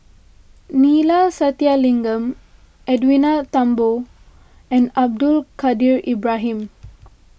Neila Sathyalingam Edwin Thumboo and Abdul Kadir Ibrahim